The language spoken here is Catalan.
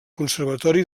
conservatori